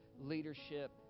leadership